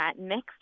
next